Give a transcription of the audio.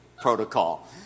protocol